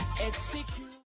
Execute